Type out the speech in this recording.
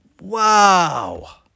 wow